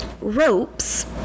ropes